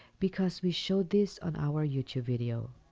because we showed this on our youtube video.